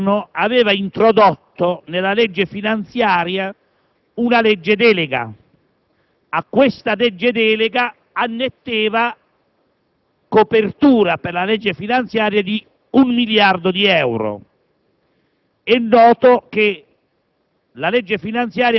è accaduto questo: il Governo aveva introdotto nella legge finanziaria una legge delega. A questa legge delega annetteva copertura per la legge finanziaria di un miliardo di euro.